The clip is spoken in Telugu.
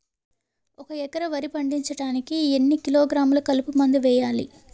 ఒక ఎకర వరి పండించటానికి ఎన్ని కిలోగ్రాములు కలుపు మందు వేయాలి?